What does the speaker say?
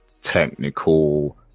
Technical